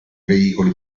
veicoli